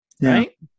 right